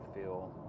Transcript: feel